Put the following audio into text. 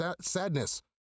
sadness